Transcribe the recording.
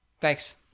Thanks